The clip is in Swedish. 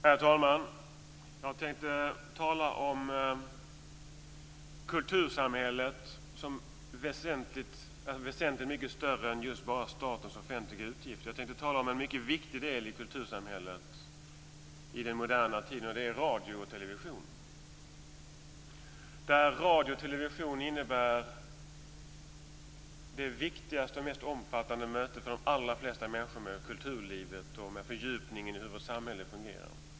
Herr talman! Jag tänkte tala om kultursamhället som väsentligt mycket större än just bara statens offentliga utgifter. Jag tänkte tala om en mycket viktig del i kultursamhället i modern tid - radio och television. Radio och television innebär för de allra flesta människor det viktigaste och mest omfattande mötet med kulturlivet och ger fördjupade kunskaper om hur vårt samhälle fungerar.